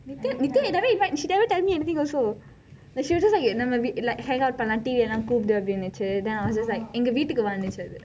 nithya she never invite she never tell me anything also she was just like ~ hang out பன்னலாம்:pannalam team எல்லாம் கூப்பிடு எங்க வீட்டிற்கு வந்தச்சு:ellam kuppithu enka vithirku vanthachu